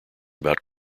about